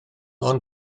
ond